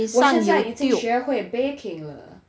我选在已经学会 baking 了